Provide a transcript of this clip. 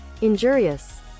Injurious